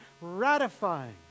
ratifying